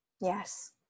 Yes